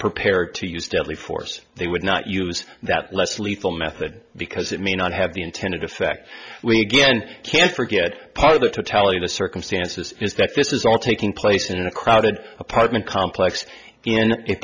prepared to use deadly force they would not use that less lethal method because it may not have the intended effect we again can't forget part of the totality of the circumstances is that this is all taking place in a crowded apartment complex in the